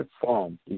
form